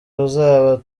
ruzaba